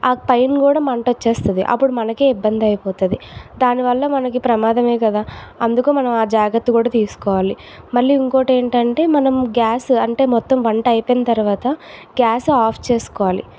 ఆ పైన కూడా మంట వచ్చేస్తుంది అప్పుడు మనకే ఇబ్బంది అయిపోతుంది దానివల్ల మనకి ప్రమాదమే కదా అందుకు మనం ఆ జాగ్రత్త కూడా తీసుకోవాలి మళ్ళీ ఇంకోటి ఏమిటంటే మనం గ్యాస్ అంటే మొత్తం వంట అయిపోయిన తర్వాత గ్యాస్ ఆఫ్ చేసుకోవాలి